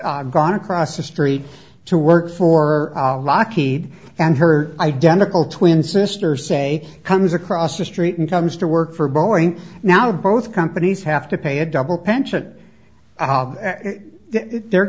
and gone across the street to work for lockheed and her identical twin sisters say comes across the street and comes to work for boeing now both companies have to pay a double pension they're